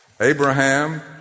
Abraham